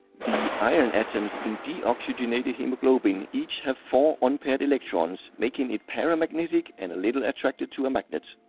the iron atoms in deoxygenated hemoglobin each have four unpaired electrons making it paramagnetic and a little attracted to a magnet.